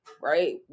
right